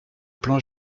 plan